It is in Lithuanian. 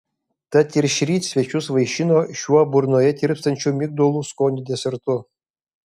tad ir šįryt svečius vaišino šiuo burnoje tirpstančiu migdolų skonio desertu